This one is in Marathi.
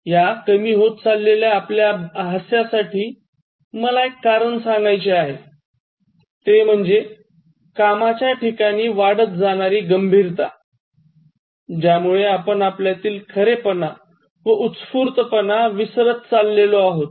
या कमी होत चालल्या आपल्या हास्यासाठी मला एक कारण सांगायचे आहे ते म्हणजे कामाच्या ठिकाणी वाढत जाणारी गंभीरता ज्यामुळे आपण आपल्यातील खरेपणा व उत्स्फूर्तपणा विसरत चाललॊ आहोत